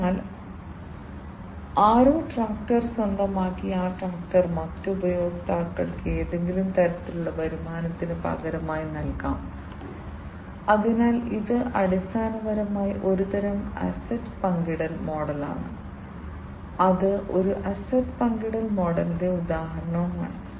അതിനാൽ ആരോ ട്രാക്ടർ സ്വന്തമാക്കി ആ ട്രാക്ടർ മറ്റ് ഉപഭോക്താക്കൾക്ക് ഏതെങ്കിലും തരത്തിലുള്ള വരുമാനത്തിന് പകരമായി നൽകാം അതിനാൽ ഇത് അടിസ്ഥാനപരമായി ഒരുതരം അസറ്റ് പങ്കിടൽ മോഡലാണ് ഇത് ഒരു അസറ്റ് പങ്കിടൽ മോഡലിന്റെ ഉദാഹരണമാണ്